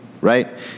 right